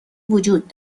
وجود